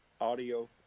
Audio